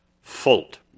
fault